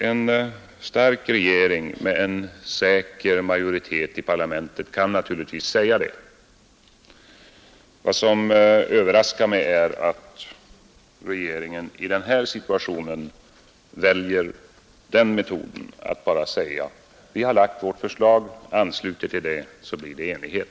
En stark regering med en säker majoritet i parlamentet kan naturligtvis säga så här. Vad som överraskar mig är att regeringen i den här situationen väljer metoden att bara säga: Vi har lagt vårt förslag. Anslut er till det så blir det enighet.